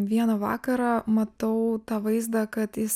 vieną vakarą matau tą vaizdą kad jis